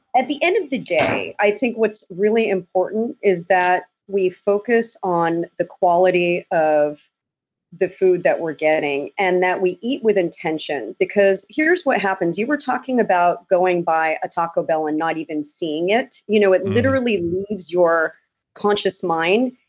at the end of the day, i think what's really important is that we focus on the quality of the food that we're getting and that we eat with intention. because here's what happens. you were talking about going by a taco bell and not even seeing it. you know it literally leaves your conscious mind.